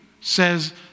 says